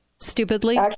stupidly